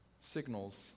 signals